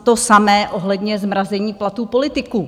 To samé ohledně zmrazení platů politiků.